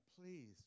please